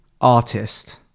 artist